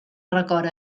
record